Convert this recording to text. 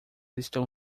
estão